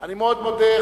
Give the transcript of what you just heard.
אני מאוד מודה.